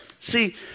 See